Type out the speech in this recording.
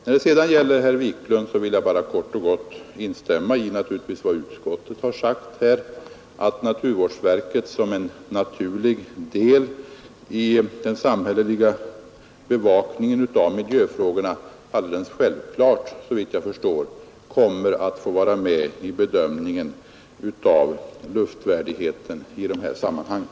Vad sedan beträffar herr Wiklunds anförande vill jag kort och gott instämma i vad utskottet har sagt, att naturvårdsverket som en naturlig del i den samhälleliga bevakningen av miljöfrågorna kommer att vara med i bedömningen av miljövärdigheten.